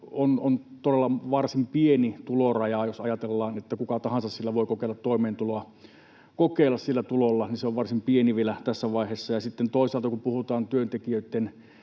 on todella varsin pieni tuloraja. Jos ajatellaan, että kuka tahansa voi kokeilla sillä tulolla toimeentuloa, niin se on varsin pieni vielä tässä vaiheessa. Sitten toisaalta, kun puhutaan siitä työntekijöitten